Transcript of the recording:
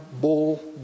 bull